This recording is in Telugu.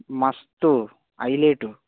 మస్తు హైలైటు